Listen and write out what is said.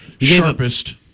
sharpest